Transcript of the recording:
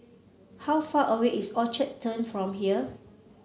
how far away is Orchard Turn from here